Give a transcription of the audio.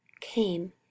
came